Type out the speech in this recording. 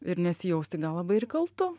ir nesijausti gal labai ir kaltu